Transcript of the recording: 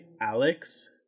Alex